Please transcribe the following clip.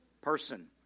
person